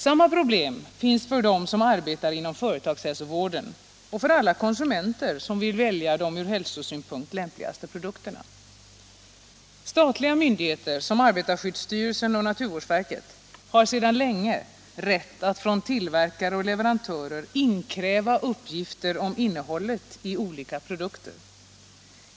Samma problem finns för dem som arbetar inom företagshälsovården och för alla konsumenter som vill välja de från hälsosynpunkt lämpligaste produkterna. Statliga myndigheter, såsom arbetarskyddsstyrelsen och naturvårdsverket, har sedan länge rätt att från tillverkare och leverantörer inkräva uppgifter om innehållet i olika produkter.